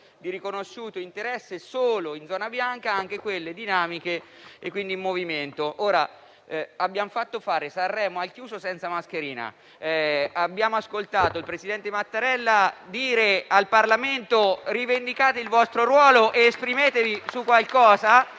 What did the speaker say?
di riconosciuto interesse unicamente in zona bianca (comprese quelle dinamiche e, quindi, in movimento). Abbiamo fatto fare il Festival di Sanremo al chiuso senza mascherina e abbiamo ascoltato il presidente Mattarella dire al Parlamento: rivendicate il vostro ruolo ed esprimetevi su qualcosa.